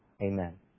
Amen